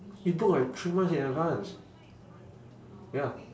we book like three months in advance ya